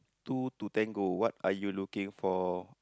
two to ten go what are you looking for